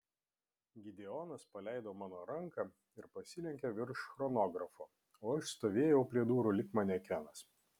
gideonas paleido mano ranką ir pasilenkė virš chronografo o aš stovėjau prie durų lyg manekenas